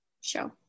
show